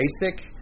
basic